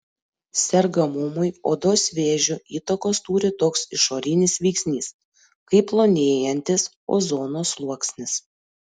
sergamumui odos vėžiu įtakos turi toks išorinis veiksnys kaip plonėjantis ozono sluoksnis